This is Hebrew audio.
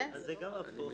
כן, זה גם הפוך.